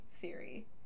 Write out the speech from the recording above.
theory